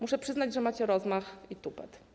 Muszę przyznać, że macie rozmach i tupet.